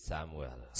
Samuel